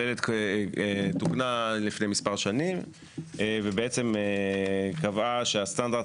תוקנה לפני מספר שנים וקבעה שהסטנדרט